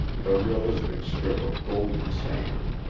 the realistic strip of golden sand,